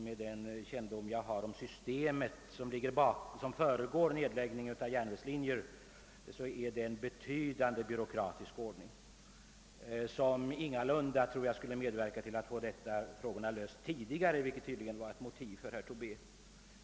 Med den kännedom jag Har om det byråkratiska system som tillämpas vid nedläggning av järnvägslinjer tror jag ingalunda att herr Tobés förslag skulle medverka till att frågorna kunde lösas snabbare.